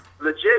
legit